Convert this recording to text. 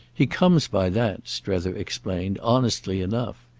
he comes by that, strether explained, honestly enough.